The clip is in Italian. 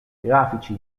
grafici